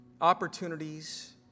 opportunities